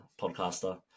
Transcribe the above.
podcaster